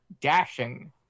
dashing